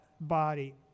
body